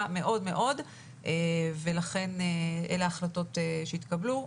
מאוד מאוד ולכן אלה ההחלטות שהתקבלו.